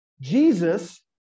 Jesus